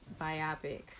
biopic